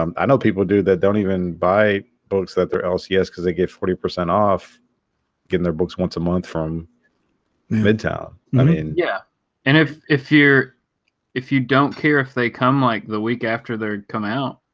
um i know people do that don't even buy boats that they're else yes because they get forty percent off getting their books once a month from midtown i mean yeah and if if you're if you don't care if they come like the week after they're come out?